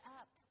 up